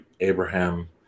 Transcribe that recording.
Abraham